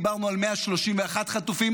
דיברנו על 131 חטופים,